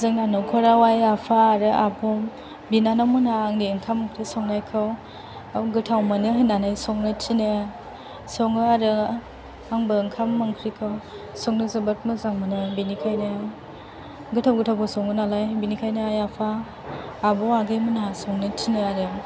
जोंहा न'खराव आइ आफा आरो आब' बिनानाव मोनहा आंनि ओंखाम ओंख्रि संनायखौ गोथाव मोनो होन्नानै संनो थिनो सङो आरो आंबो ओंखाम ओंख्रिखौ संनो जोबोत मोजां मोनो बेनिखायनो गोथाव गोथावबो सङो नालाय बेनिखायनो आइ आफा आब' आगै मोनहा संनो थिनो आरो